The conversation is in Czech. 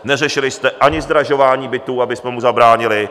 Neřešili jste ani zdražování bytů, abychom mu zabránili.